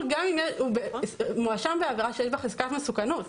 גם אם הוא מואשם בעבירה שיש בה חזקת מסוכנות.